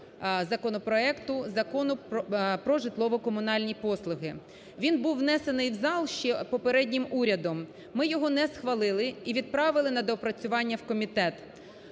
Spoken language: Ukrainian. законопроекту: Закону про житлово-комунальні послуги. Він був внесений в зал ще попереднім урядом. Ми його не схвалили і відправили на доопрацювання в комітет.